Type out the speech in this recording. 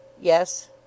Yes